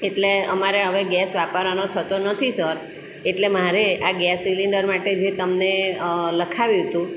એટલે અમારે હવે ગેસ વાપરવાનો થતો નથી સર એટલે મારે આ ગેસ સિલિન્ડર માટે જે તમને લખાવ્યું હતું